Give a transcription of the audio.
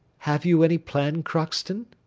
have you any plan, crockston?